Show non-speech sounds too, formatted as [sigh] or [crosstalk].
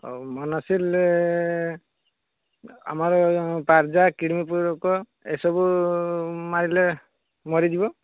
ହେଉ ମୋନୋସିଲ୍ରେ ଆମର ତାର୍ଜା [unintelligible] ଏସବୁ ମାରିଲେ ମରିଯିବ